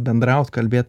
bendraut kalbėt